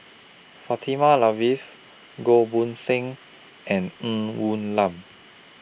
Fatimah Lateef Goh Poh Seng and Ng Woon Lam